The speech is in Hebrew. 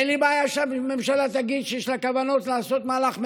ואין לי בעיה שהממשלה תגיד שיש לה כוונות לעשות מהלך מדיני,